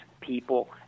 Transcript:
people